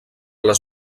les